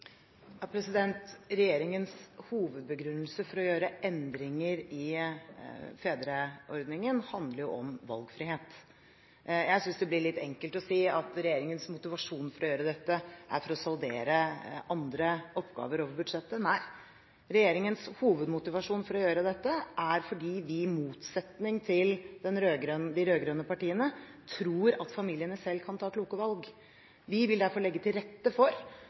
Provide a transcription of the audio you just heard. Regjeringens hovedbegrunnelse for å gjøre endringer i fedreordningen handler om valgfrihet. Jeg synes det blir litt enkelt å si at regjeringens motivasjon for å gjøre dette er for å saldere andre oppgaver over budsjettet. Nei, regjeringens hovedmotivasjon for å gjøre dette er fordi vi, i motsetning til de rød-grønne partiene, tror at familiene selv kan ta kloke valg. Vi vil derfor legge til rette for